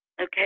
Okay